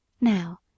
Now—